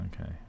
Okay